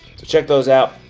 check those out.